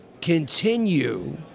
continue